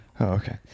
Okay